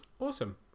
awesome